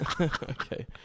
Okay